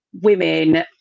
women